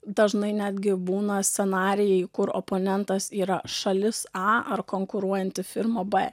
dažnai netgi būna scenarijai kur oponentas yra šalis a ar konkuruojanti firma b